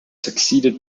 succeeded